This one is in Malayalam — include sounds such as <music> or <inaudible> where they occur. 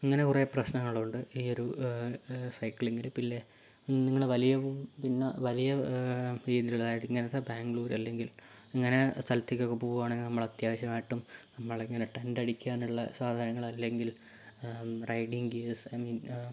അങ്ങനെ കുറേ പ്രശ്നങ്ങൾ ഉണ്ട് ഈയൊരു സൈക്ലിങ്ങിന് നിങ്ങൾ വലിയ പിന്നെ വലിയ <unintelligible> ഇങ്ങനത്തെ ബാംഗ്ലൂര് അല്ലെങ്കിൽ ഇങ്ങനെ സ്ഥലത്തേയ്ക്കൊക്കെ പോവുകയാണെങ്കിൽ നമ്മളത്യാവശ്യമായിട്ടും നമ്മളിങ്ങനെ ടെന്റടിക്കാനുള്ള സാധനങ്ങൾ അല്ലെങ്കിൽ റൈഡിങ്ങ് ഗിയേഴ്സ് ഐ മീൻ